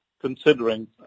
considering